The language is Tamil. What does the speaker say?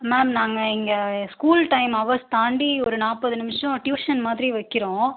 மேம் நாங்கள் இங்கே ஸ்கூல் டைம் ஹவர்ஸ் தாண்டி ஒரு நாற்பது நிமிஷம் ட்யூஷன் மாதிரி வைக்கிறோம்